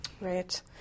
Right